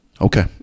Okay